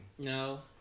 No